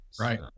Right